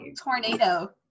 tornado